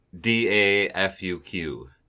D-A-F-U-Q